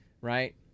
right